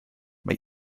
mae